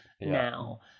now